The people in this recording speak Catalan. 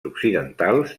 occidentals